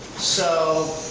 so,